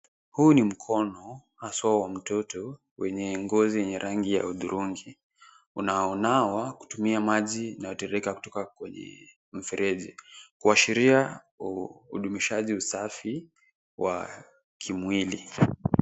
Huu ni mkono hasa wa mtoto wenye ngozi yenye rangi ya hudhurungi unaonawa kutumia maji inayotiririka kutoka kwenye mfereji kuashiria udumishaji usafi wa kimwili.